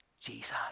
Jesus